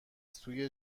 توی